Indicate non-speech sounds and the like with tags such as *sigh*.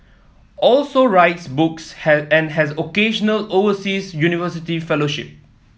also writes books *unintelligible* and has occasional overseas university fellowship